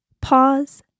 Pause